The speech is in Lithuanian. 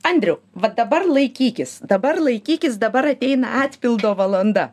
andriau va dabar laikykis dabar laikykis dabar ateina atpildo valanda